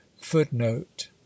footnote